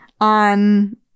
on